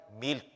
milk